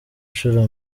ishuri